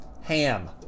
Ham